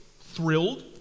thrilled